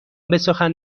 بسخن